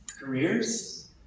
Careers